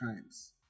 times